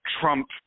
Trump